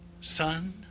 son